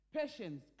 patience